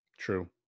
true